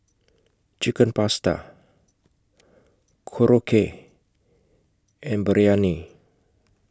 Chicken Pasta Korokke and Biryani